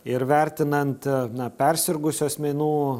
ir vertinant na persirgusių asmenų